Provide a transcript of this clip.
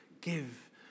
give